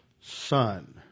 Son